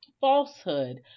falsehood